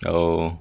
oh